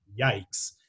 yikes